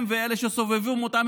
הם ואלה שסובבים אותם,